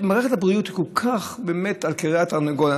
מערכת הבריאות כל כך על כרעי תרנגולת.